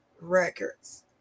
records